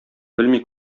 белми